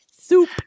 soup